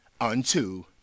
unto